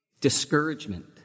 discouragement